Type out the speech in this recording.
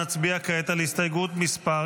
נצביע כעת על הסתייגות מס'